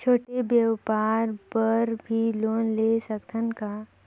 छोटे व्यापार बर भी लोन ले सकत हन का?